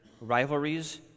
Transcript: rivalries